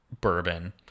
bourbon